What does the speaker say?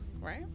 right